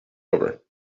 over